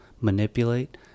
manipulate